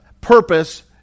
purpose